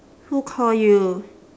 who call you